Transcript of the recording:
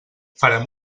farem